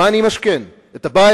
את מה אני אמשכן, את הבית?